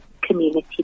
Community